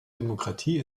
demokratie